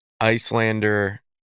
Icelander